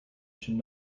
should